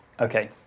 Okay